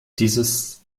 dieses